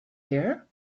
here